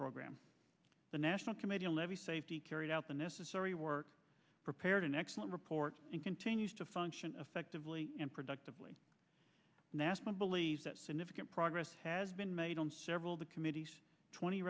program the national committee on levee safety carried out the necessary work prepared an excellent report and continues to function effectively and productively nasscom believes that significant progress has been made on several of the committee's twenty